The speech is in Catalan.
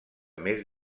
més